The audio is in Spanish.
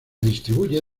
distribuye